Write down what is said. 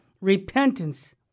repentance